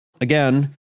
again